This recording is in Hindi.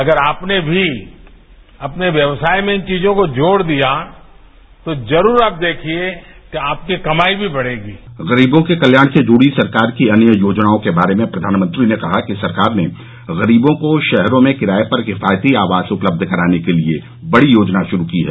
अगर आपने भी अपने व्यवसाय में गरीबों के कल्याण से जुड़ी सरकार की अन्य योजनाओं के बारे में प्रधानमंत्री ने कहा कि सरकार ने गरीबों को शहरों में किराये पर किफायती आवास उपलब्ध कराने के लिए बड़ी योजना शुरू की है